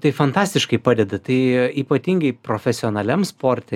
tai fantastiškai padeda tai ypatingai profesionaliam sporte